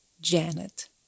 Janet